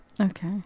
okay